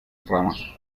ramas